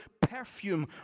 perfume